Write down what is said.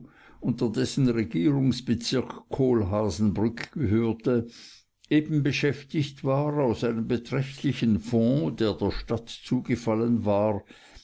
unter dessen regierungsbezirk kohlhaasenbrück gehörte eben beschäftigt war aus einem beträchtlichen fonds der der stadt zugefallen war